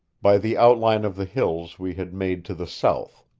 by the outline of the hills we had made to the south.